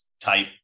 type